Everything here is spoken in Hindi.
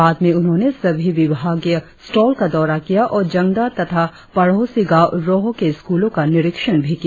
बाद में उन्होंने सभी विभागीय स्टॉल का दौरा किया और जंगदा तथा पड़ोसी गांव रोह के स्कूलों का निरीक्षण भी किया